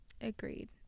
Agreed